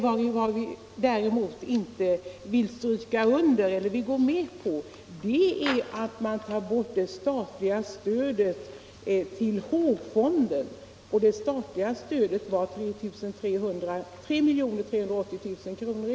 Vad vi däremot inte vill gå med på är att man tar bort det statliga stödet till H-fonden, som i år uppgår till 3 380 000 kr.